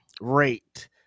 rate